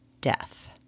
death